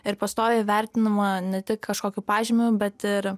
ir pastoviai vertinama ne tik kažkokiu pažymiu bet ir